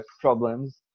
problems